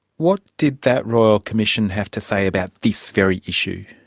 what did that royal commission have to say about this very issue?